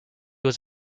was